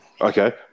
Okay